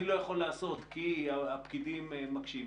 אני לא יכול לעשות כי הפקידים מקשים עליי,